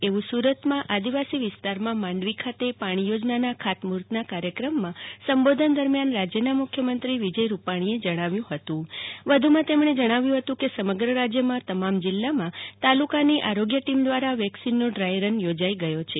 એવુ સુ રતમાં આદિવાસી વિસ્તારમાં માંડવી અને પાણી યોજનાના ખતમુ હતના કાર્યક્રમમાં સંબોધન દરમ્યાન રાજ્યના મુખ્યમંત્રી વિજય રૂપાણીએ જણાવ્યુ હતું વધુમાં તેમણે જણાવ્યુ હતું કે સમગ્ર રાજયમાં તમામ જિલ્લામાં તાલુકાની આરોગ્ય ટીમ દ્રારા વેક્સિનનો ડ્રાયરન યોજાઈ ગયો છે